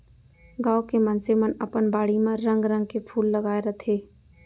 गॉंव के मनसे मन अपन बाड़ी म रंग रंग के फूल लगाय रथें